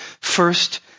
first